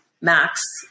max